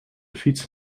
fiets